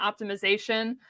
optimization